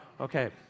Okay